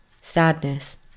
sadness